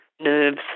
nerves